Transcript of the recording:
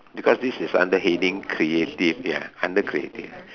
because this is under heading creative ya under creative